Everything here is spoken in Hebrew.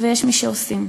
ויש מי שעושים.